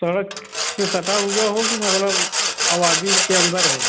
सड़क से सटा हुआ हो कि मतलब आबादी के अंदर हो